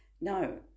no